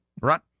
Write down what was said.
Right